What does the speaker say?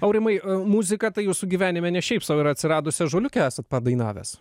aurimai muzika tai jūsų gyvenime ne šiaip sau yra atsiradusi ąžuoliuke esat padainavęs